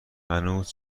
هنوز